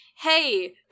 hey